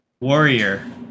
Warrior